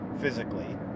physically